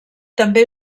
també